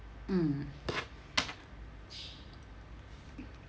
mm